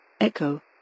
Echo